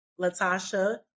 Latasha